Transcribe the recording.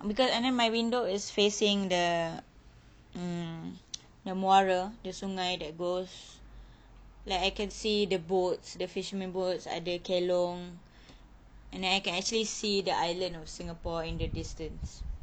beca~ and then my window is facing the um memorial the sungei that goes like I can see the boats the fishermen boats ada kelong and then I can actually see the island of singapore in the distance